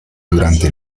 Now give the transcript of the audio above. durante